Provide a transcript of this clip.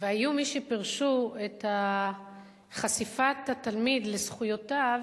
והיו מי שפירשו את חשיפת התלמיד לזכויותיו